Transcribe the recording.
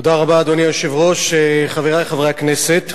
אדוני היושב-ראש, חברי חברי הכנסת,